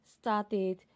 started